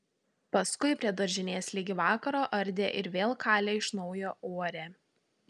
paskui prie daržinės ligi vakaro ardė ir vėl kalė iš naujo uorę